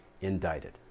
indicted